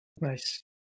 Nice